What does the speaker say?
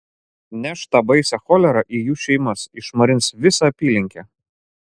neš tą baisią cholerą į jų šeimas išmarins visą apylinkę